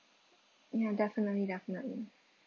ya definitely definitely